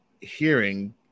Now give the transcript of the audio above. hearing